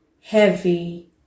heavy